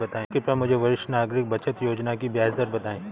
कृपया मुझे वरिष्ठ नागरिक बचत योजना की ब्याज दर बताएं?